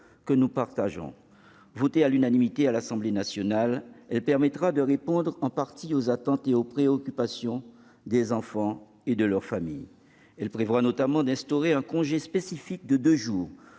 que nous partageons. Votée à l'unanimité à l'Assemblée nationale, elle permettra de répondre en partie aux attentes et aux préoccupations des enfants et de leur famille. Ce texte instaure notamment un congé spécifique de deux jours